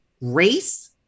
race